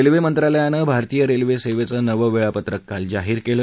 railway मंत्रालयानं भारतीय railway सेवेचं नवं वेळापत्रक काल जाहीर केलं